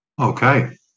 Okay